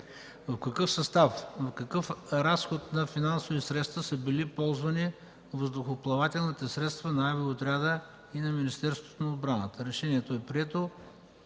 в какъв състав, с какъв разход на финансови средства са били ползвани въздухоплавателните средства на авиоотряда и Министерството на отбраната.” Това е проектът